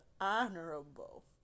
Honorable